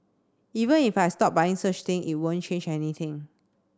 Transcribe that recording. even if I stop buying such thing it won't change anything